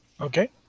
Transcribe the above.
Okay